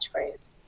catchphrase